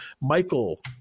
Michael